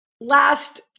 last